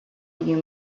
you